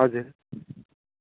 हजुर